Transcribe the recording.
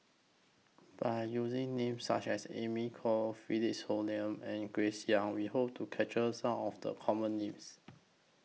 By using Names such as Amy Khor Philip Hoalim and Grace Young We Hope to capture Some of The Common Names